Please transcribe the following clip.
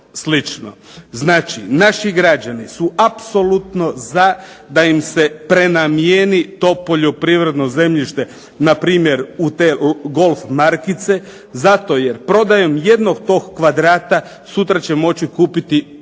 Znači, naši građani su apsolutno za da im se prenamjeni to poljoprivredno zemljište npr. u te golf markice zato jer prodajom jednog tog kvadrata sutra će moći kupiti 5m2